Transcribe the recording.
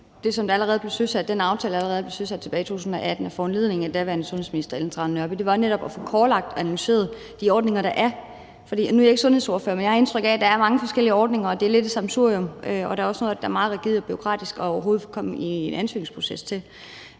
at det, der allerede blev søsat i den aftale tilbage i 2018 på foranledning af daværende sundhedsminister Ellen Trane Nørby, netop var at få kortlagt og analyseret de ordninger, der er. Og nu er jeg ikke sundhedsordfører, men jeg har indtryk af, at der er mange forskellige ordninger, og at det er lidt af et sammensurium, og der er også noget af det, der er meget rigidt og bureaukratisk overhovedet at komme ind i en ansøgningsproces til.